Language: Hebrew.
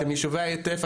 אתם יישובי העוטף,